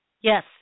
Yes